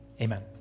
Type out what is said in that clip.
Amen